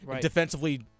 Defensively